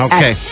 Okay